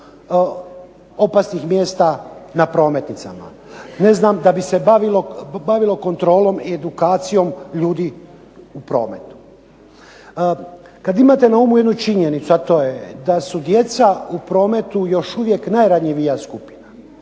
opasnih mjesta na prometnicama, ne znam da bi se bavilo kontrolom i edukacijom ljudi u prometu. Kad imate na umu jednu činjenicu, a to je da su djeca u prometu još uvijek najranjivija skupina,